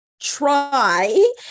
try